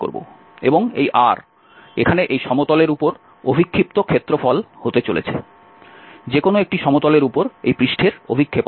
এবং এই R এখানে এই সমতলের উপর অভিক্ষিপ্ত ক্ষেত্রফল হতে চলেছে যে কোনও একটি সমতলের উপর এই পৃষ্ঠের অভিক্ষেপণ